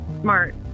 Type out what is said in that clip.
smart